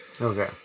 Okay